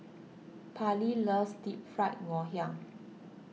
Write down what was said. Parley loves Deep Fried Ngoh Hiang